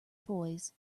toys